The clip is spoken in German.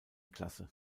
klasse